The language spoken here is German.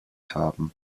haben